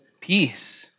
peace